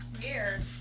Weird